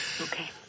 Okay